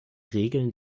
regeln